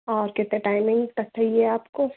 और कितने टाइमिंग तक फिर ये आपको